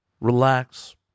relax